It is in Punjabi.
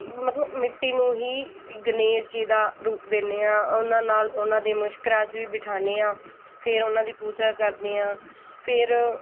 ਮਤਲਬ ਮਿੱਟੀ ਨੂੰ ਹੀ ਗਣੇਸ਼ ਜੀ ਦਾ ਰੂਪ ਦਿੰਦੇ ਹਾਂ ਉਹਨਾਂ ਨਾਲ ਉਹਨਾਂ ਦੇ ਮੁਸ਼ਕ ਰਾਜ ਵੀ ਬਿਠਾਉਂਦੇ ਹਾਂ ਫਿਰ ਉਹਨਾਂ ਦੀ ਪੂਜਾ ਕਰਦੇ ਹਾਂ ਫਿਰ